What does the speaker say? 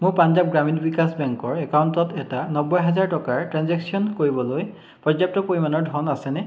মোৰ পাঞ্জাৱ গ্ৰামীণ বিকাশ বেংকৰ একাউণ্টত এটা নব্বৈ হাজাৰ টকাৰ ট্ৰেঞ্জেকশ্য়ন কৰিবলৈ পৰ্যাপ্ত পৰিমাণৰ ধন আছেনে